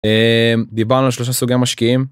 דיברנו על שלושה סוגים משקיעים.